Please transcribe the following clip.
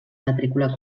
matrícula